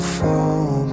fall